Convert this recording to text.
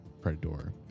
Predator